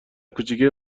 کوچیکه